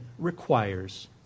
requires